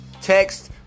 text